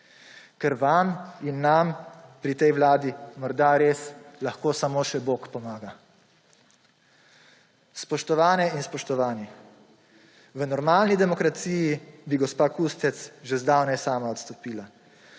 ker vam in nam pri tej vladi morda res lahko samo še bog pomaga. Spoštovane in spoštovani, v normalni demokraciji bi gospa Kustec že zdavnaj sama odstopila.